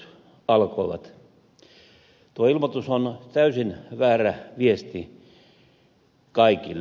tuo ilmoitus on täysin väärä viesti kaikille